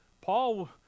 Paul